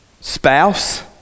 spouse